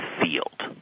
field